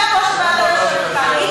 יושבת-ראש הוועדה יושבת כאן.